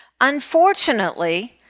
Unfortunately